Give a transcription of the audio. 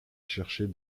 chercher